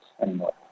anymore